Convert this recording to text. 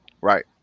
right